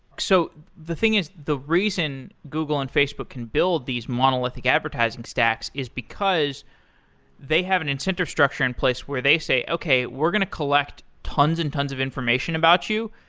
so the thing is the reason google and facebook can build these monolithic advertising stacks is because they have an incentive structure in place where they say, okay, we're going to collect tons and tons of information about you,